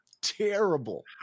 terrible